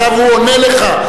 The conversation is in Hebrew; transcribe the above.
עכשיו הוא עונה לך.